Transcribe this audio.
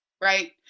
right